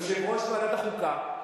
יושב-ראש ועדת החוקה,